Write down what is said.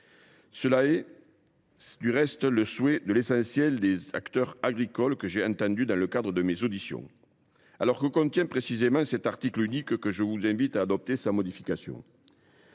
Du reste, tel est le souhait de l’essentiel des acteurs agricoles que j’ai entendus dans le cadre de mes auditions. Que contient précisément cet article unique que je vous invite à adopter sans modification ?